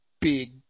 big